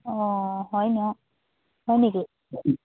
অঁ হয় ন হয় নেকি